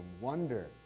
wonder